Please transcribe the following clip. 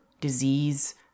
disease